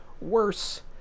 Worse